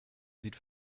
sieht